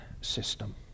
system